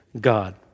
God